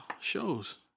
shows